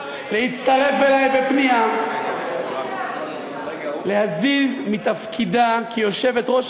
להצטרף אלי בפנייה להזיז מתפקידה כיושבת-ראש,